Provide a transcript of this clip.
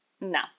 No